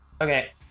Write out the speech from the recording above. Okay